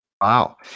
Wow